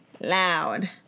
Loud